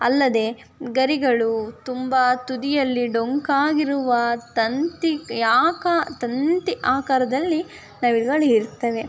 ಅಲ್ಲದೇ ಗರಿಗಳು ತುಂಬ ತುದಿಯಲ್ಲಿ ಡೊಂಕಾಗಿರುವ ತಂತಿಯಾಕಾರ ತಂತಿ ಆಕಾರದಲ್ಲಿ ನವಿಗಳಿರ್ತವೆ